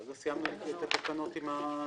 עוד לא סיימנו את התקנות עם התיקונים.